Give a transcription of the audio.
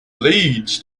leads